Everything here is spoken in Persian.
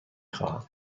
خواهم